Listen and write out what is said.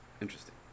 Interesting